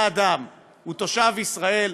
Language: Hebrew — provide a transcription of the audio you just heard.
האדם הוא תושב ישראל,